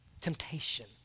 temptation